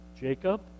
Jacob